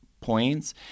points